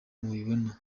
mubibona